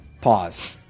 Pause